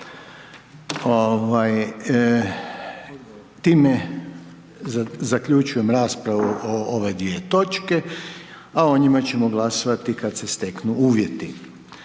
Time zaključujem raspravu o ovoj točci, a glasovat ćemo o njoj kad se steknu uvjeti.